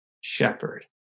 shepherd